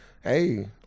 hey